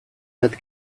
bat